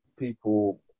people